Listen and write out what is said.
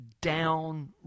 down